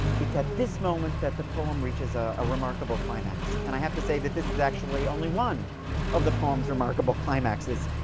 it's at this moment that the poem reaches a ah remarkable climax, and i have to say that this is actually only one of the poem's remarkable climaxes.